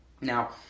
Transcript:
Now